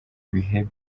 bihe